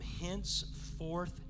henceforth